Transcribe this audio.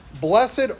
blessed